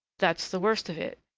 that's the worst of it!